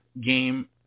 game